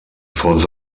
fons